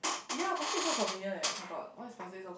ya plastic so convenient eh [oh]-my-god why is plastic so